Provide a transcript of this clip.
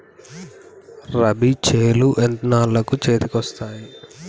రబీ చేలు ఎన్నాళ్ళకు చేతికి వస్తాయి?